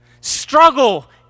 Struggle